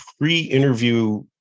pre-interview